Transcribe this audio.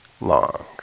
long